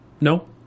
No